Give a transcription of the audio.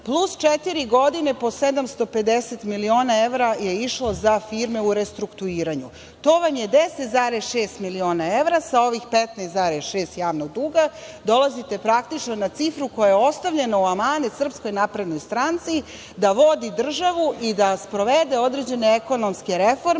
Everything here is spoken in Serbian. plus 4 godine po 750 miliona evra je išlo za firme u restrukturiranju. To vam je 10,6 miliona evra, sa ovim 15,6 javnog duga, dolazite praktično na cifru koja je ostavljena u amanet SNS da vodi državu i da sprovede određene ekonomske reforme